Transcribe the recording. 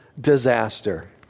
disaster